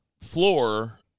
floor